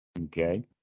Okay